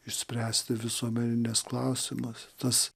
išspręsti visuomeninės klausimus tas